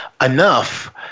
enough